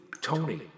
Tony